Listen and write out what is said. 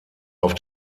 auf